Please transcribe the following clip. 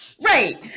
Right